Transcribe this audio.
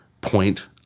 point